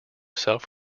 self